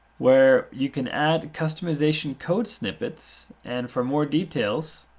where you can add customization code snippets. and for more details,